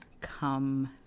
come